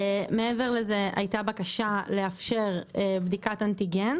מעבר לזה הייתה בקשה לאפשר בדיקת אנטיגן